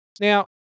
Now